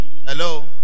Hello